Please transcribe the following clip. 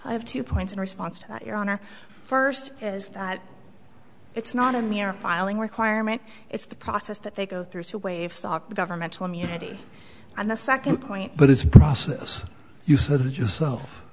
i have two points in response to your honor first is that it's not a mere filing requirement it's the process that they go through to waive stock governmental immunity and the second point but it's a process you said yourself